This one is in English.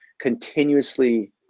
continuously